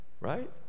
Right